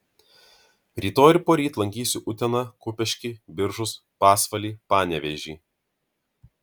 rytoj ir poryt lankysiu uteną kupiškį biržus pasvalį panevėžį